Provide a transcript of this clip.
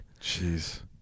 Jeez